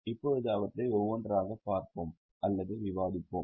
இப்போது அவற்றை ஒவ்வொன்றாகப் பார்ப்போம் அல்லது விவாதிப்போம்